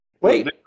Wait